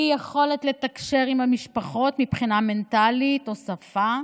אי-יכולת לתקשר עם המשפחות מבחינה מנטלית או שפה,